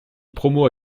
promo